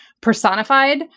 personified